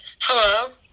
Hello